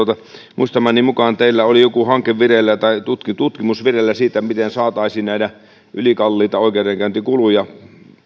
muistamani mukaan teillä oli joku hanke tai tutkimus vireillä siitä miten saataisiin näitä ylikalliita oikeudenkäyntikuluja